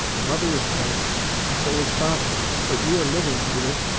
mother is dead and so is father but you are living, judith,